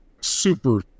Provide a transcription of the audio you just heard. Super